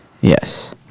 Yes